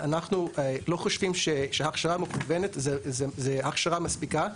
אנחנו לא חושבים שהכשרה מקוונת זו הכשרה מספיקה,